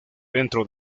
dentro